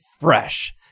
fresh